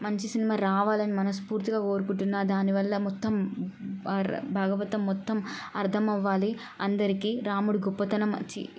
మంచి సినిమా రావాలని మనస్పూర్తిగా కోరుకుంటున్నాను దానివల్ల మొత్తం బా భాగవతం మొత్తం అర్థమవ్వాలి అందరికీ రాముడు గొప్పతనం చి